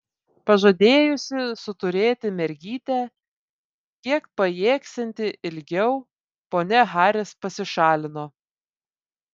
pažadėjusi suturėti mergytę kiek pajėgsianti ilgiau ponia haris pasišalino